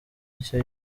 nshya